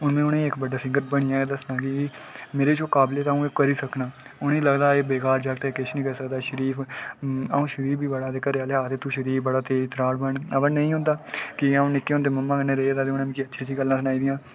हून में उनें गी इक बड्डा सिंगर बनियै गै दस्सना की के मेरे च एह् काबिलियत ऐ अऊं करी सकना पर उ'नें गी लगदा ऐ कि एह् बेकार जागत ऐ कि एह् किश निं करी सकदा शरीफ अ'ऊं शरीफ बी बड़ा ते घरे आह्ले आखदे कि तू शरीफ बड़ा तेज तरार बन पर नेईं होंदा की के अ'ऊं निक्के होंदे मम्मा कन्नै रेह्दा ते उ'नें मिगी बड़ियां अच्छियां अच्छियां गल्लां सनाई दियां